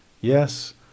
Yes